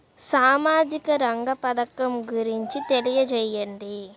సామాజిక రంగ పథకం గురించి తెలియచేయండి?